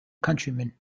countryman